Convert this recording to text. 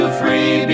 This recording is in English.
free